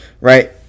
right